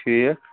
ٹھیٖک